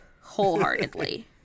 wholeheartedly